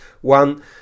one